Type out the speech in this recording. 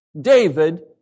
David